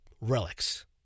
relics